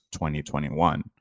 2021